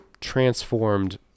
transformed